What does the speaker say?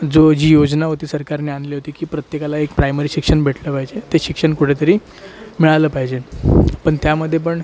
जो जी योजना होती सरकारने आणली होती की प्रत्येकाला एक प्रायमरी शिक्षण भेटलं पाहिजे ते शिक्षण कुठे तरी मिळालं पाहिजे पण त्यामध्ये पण